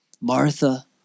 Martha